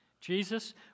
Jesus